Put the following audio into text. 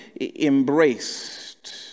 embraced